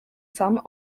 some